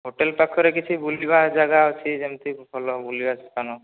hotel ପାଖରେ କିଛି ବୁଲିବା ଜାଗା ଅଛି ଯେମତି ଭଲ ବୁଲିବା ସ୍ଥାନ